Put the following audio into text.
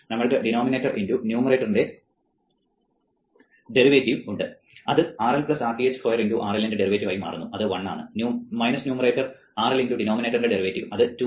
നമ്മൾക്ക് ഡിനോമിനേറ്റർ × ന്യൂമറേറ്ററിന്റെ ഡെറിവേറ്റീവ് ഉണ്ട് അത് RL Rth സ്ക്വയർ × RL ന്റെ ഡെറിവേറ്റീവ് ആയി മാറുന്നു അത് 1 ആണ് ന്യൂമറേറ്റർ RL × ഡിനോമിനേറ്ററിന്റെ ഡെറിവേറ്റീവ് അത് 2 × RL Rth ആണ്